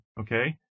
okay